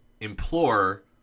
implore